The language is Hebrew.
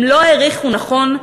הם לא העריכו נכונה,